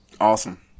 Awesome